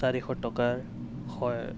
চাৰিশ টকাৰ হয়